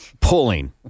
pulling